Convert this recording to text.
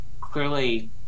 clearly